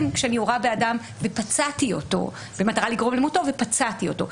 כשאני יורה באדם במטרה לגרום למותו ופצעתי אותו.